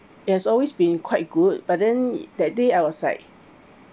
it has always been quite good but then that day I was like